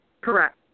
Correct